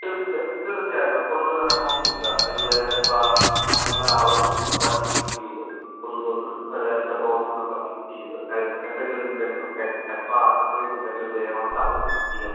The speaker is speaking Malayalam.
തീർച്ച തീർച്ചയായിട്ടും കൊണ്ടുവരണമെന്നില്ല ഇവിടെ ഇപ്പോൾ ഞങ്ങളുടെ ഞങ്ങളുടെ ആൾ വന്ന് വണ്ടി പിക്ക് ചെയ്ത് കൊണ്ടുവന്ന് ഇതിന്റെ പ്രോബ്ലംസ് ഒക്കെ ഫിക്സ് ചെയ്ത് എന്തെങ്കിലും നിങ്ങൾക്ക് അതിനകത്ത് എക്സ്ട്രാ ആക്സെസറീസ് എന്തെങ്കിലും വേണമെങ്കിൽ അതും ഫിക്സ് ചെയ്യാം